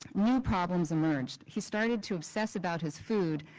more problems emerged. he started to obsess about his food,